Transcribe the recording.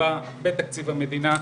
נקבע בתקציב המדינה,